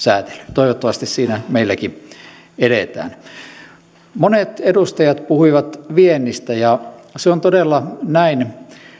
toivottavasti siinä meilläkin edetään monet edustajat puhuivat viennistä ja se on todella näin